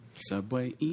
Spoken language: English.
Subway